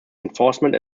enforcement